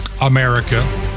America